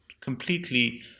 completely